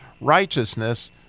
righteousness